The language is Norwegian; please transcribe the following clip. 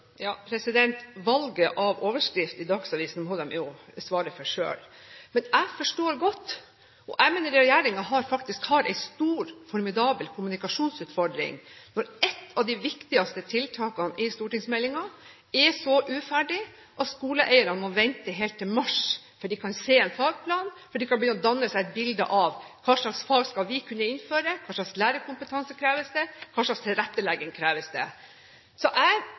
Valget av overskrift i Dagsavisen må de jo svare for selv. Men jeg forstår det godt, og jeg mener regjeringen faktisk har en stor, formidabel kommunikasjonsutfordring når ett av de viktigste tiltakene i stortingsmeldingen er så uferdig at skoleeierne må vente helt til mars før de kan se en fagplan, før de kan begynne å danne seg et bilde av hva slags fag vi skal kunne innføre, hva slags lærerkompetanse det kreves, og hva slags tilrettelegging det kreves. Jeg mener at Torger Ødegaard er